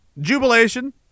jubilation